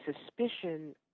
suspicion